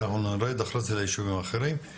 כי אנחנו נרד אחרי זה ליישובים האחרים,